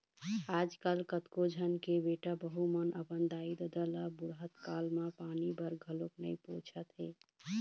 आजकल कतको झन के बेटा बहू मन अपन दाई ददा ल बुड़हत काल म पानी बर घलोक नइ पूछत हे